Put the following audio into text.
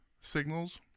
signals